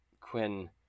Quinn